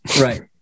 right